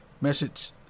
Message